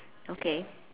okay